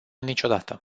niciodată